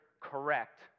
correct